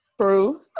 true